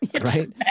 Right